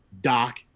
Doc